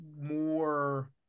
more